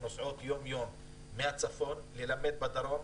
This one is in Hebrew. שנוסעים יום-יום מהצפון ללמד בדרום,